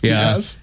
yes